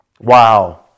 Wow